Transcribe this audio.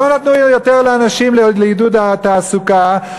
לא נתנו יותר לאנשים לעידוד התעסוקה.